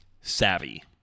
savvy